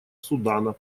судана